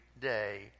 day